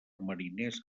mariners